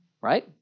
Right